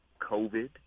COVID